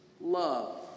love